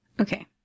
Okay